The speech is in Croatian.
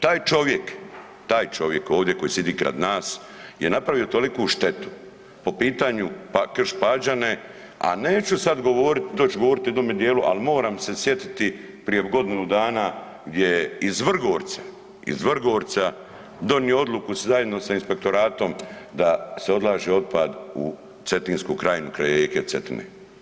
Taj čovjek, taj čovjek ovdje koji sjedi kraj nas je napravio toliku štetu po pitanju Krš-Pađane, a neću sad govoriti to ću govoriti u jednome djelu ali moram se sjetiti prije godinu dana gdje je iz Vrgorca, iz Vrgorca donio odluku zajedno sa inspektoratom da se odlaže otpad u Cetinsku krajinu kraj rijeke Cetine.